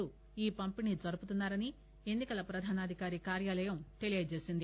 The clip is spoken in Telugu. లు ఈ పంపిణి జరుపుతున్నా రని ఎన్ని కల ప్రధానాధికారి కార్యాలయం తెలియజేసింది